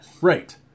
Right